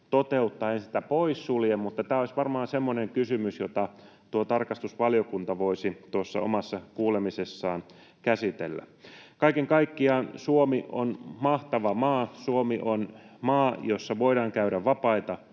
toteuttaa. En sitä poissulje, mutta tämä olisi varmaan semmoinen kysymys, jota tarkastusvaliokunta voisi tuossa omassa kuulemisessaan käsitellä. Kaiken kaikkiaan Suomi on mahtava maa. Suomi on maa, jossa voidaan käydä vapaita